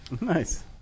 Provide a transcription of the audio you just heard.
nice